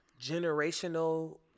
generational